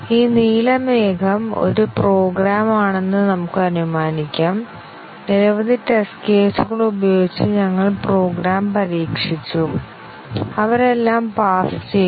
ഈ നീല മേഘം ഒരു പ്രോഗ്രാം ആണെന്ന് നമുക്ക് അനുമാനിക്കാം നിരവധി ടെസ്റ്റ് കേസുകൾ ഉപയോഗിച്ച് ഞങ്ങൾ പ്രോഗ്രാം പരീക്ഷിച്ചു അവരെല്ലാം പാസ് ചെയ്തു